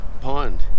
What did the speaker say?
pond